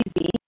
easy